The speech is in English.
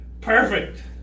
Perfect